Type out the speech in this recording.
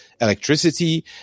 electricity